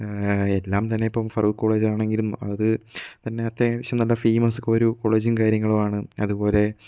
എല്ലാം തന്നെ ഇപ്പം ഫറുക് കോളേജ് ആണെങ്കിലും അത് തന്നെ അത്യവശ്യം നല്ല ഫേമസ് ഒരു കോളേജും കാര്യങ്ങളും ആണ് അതുപോലെ